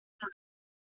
ஆ